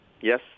Yes